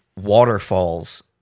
waterfalls